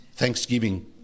thanksgiving